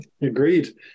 Agreed